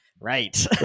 Right